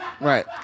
Right